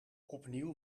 opnieuw